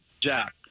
Jack